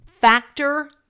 Factor